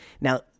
Now